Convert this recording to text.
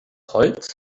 holz